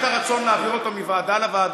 יהיה, מיקי, אתה אמרת נדבר על זה, אתה עזרת לו.